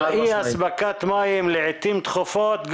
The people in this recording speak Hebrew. על אי-אספקת מים לעיתים תכופות,